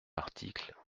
article